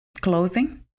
clothing